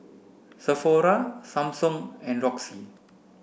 Sephora Samsung and Roxy